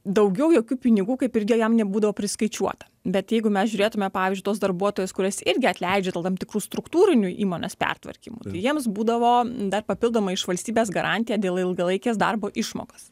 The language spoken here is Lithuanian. daugiau jokių pinigų kaip ir jo jam nebūdavo priskaičiuota bet jeigu mes žiūrėtume pavyzdžiui tuos darbuotojus kuriuos irgi atleidžia dėl tam tikrų struktūrinių įmonės pertvarkymų tai jiems būdavo dar papildomai iš valstybės garantija dėl ilgalaikės darbo išmokos